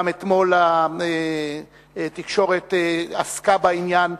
גם אתמול התקשורת עסקה בעניין.